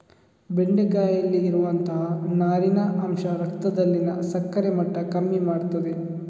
ಬೆಂಡೆಕಾಯಿಯಲ್ಲಿ ಇರುವಂತಹ ನಾರಿನ ಅಂಶ ರಕ್ತದಲ್ಲಿನ ಸಕ್ಕರೆ ಮಟ್ಟ ಕಮ್ಮಿ ಮಾಡ್ತದೆ